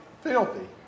filthy